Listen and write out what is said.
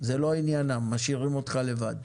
זה לא עניינם, משאירים אותך לבד,